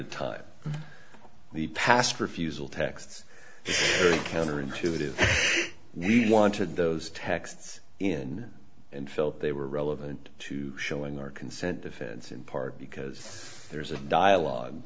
to time the past refusal texts counterintuitive we wanted those texts in and felt they were relevant to showing our consent defense in part because there's a dialogue